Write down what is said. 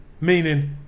Meaning